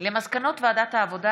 על מסקנות ועדת העבודה,